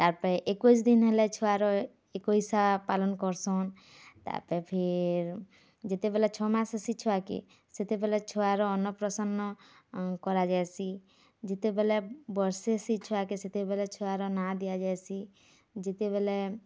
ତାର୍ ପରେ ଏକୋଇଶ୍ ଦିନ୍ ହେଲେ ଛୁଆର ଏକୋଇଶା ପାଲନ୍ କର୍ସନ୍ ତାପରେ ଫିର୍ ଯେତେବେଲ୍ ଛମାସ ହେସି ଛୁଆକେ ସେତେବେଲେ ଛୁଆର ଅନ୍ନପ୍ରସନ୍ନ କରାଯାଇସି ଯେତେବେଲେ ବର୍ଷେ ସେ ଛୁଆକେ ସେତେବେଲେ ଛୁଆର ନାଁ ଦିଆଯାସି ଯେତେବେଲେ